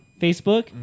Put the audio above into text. Facebook